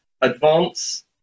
advance